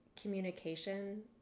communication